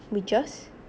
we just